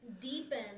deepen